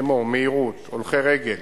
כמו מהירות הולכי רגל,